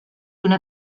una